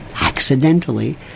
accidentally